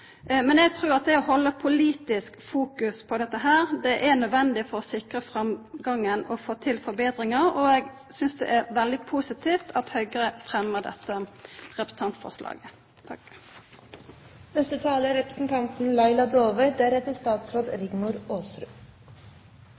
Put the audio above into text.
Men eg trur at det å halda eit politisk fokus på dette er nødvendig for å sikra framgangen og få til forbetringar. Eg synest det er veldig positivt at Høgre fremmar dette representantforslaget.